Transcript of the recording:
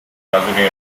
cazuri